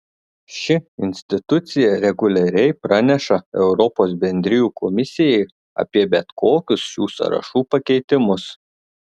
ši institucija reguliariai praneša europos bendrijų komisijai apie bet kokius šių sąrašų pakeitimus